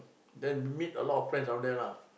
then meet a lot of friends down there lah